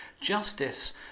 Justice